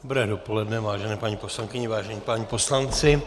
Dobré dopoledne, vážené paní poslankyně, vážení páni poslanci.